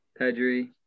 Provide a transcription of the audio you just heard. Pedri